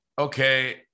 okay